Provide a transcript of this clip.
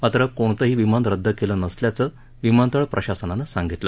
मात्र कोणतंही विमान रद्द केलं नसल्याचं विमानतळ प्रशासनानं सांगितलं